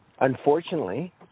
Unfortunately